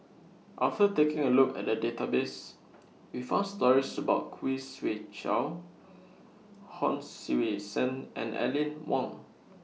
after taking A Look At The Database We found stories about Khoo Swee Chiow Hon Sui Sen and Aline Wong